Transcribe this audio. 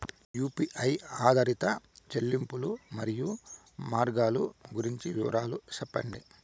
UPI ఆధారిత చెల్లింపులు, మరియు మార్గాలు గురించి వివరాలు సెప్పండి?